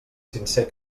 sincer